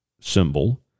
symbol